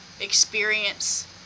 experience